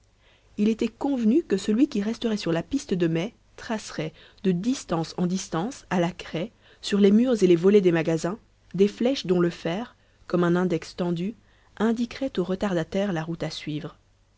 il était convenu que celui qui resterait sur la piste de mai tracerait de distance en distance à la craie sur les murs et sur les volets des magasins des flèches dont le fer comme un index tendu indiquerait au retardataire la route à suivre